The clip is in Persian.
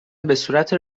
بهصورت